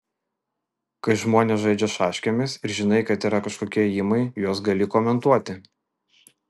kai žmonės žaidžia šaškėmis ir žinai kad yra kažkokie ėjimai juos gali komentuoti